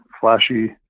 flashy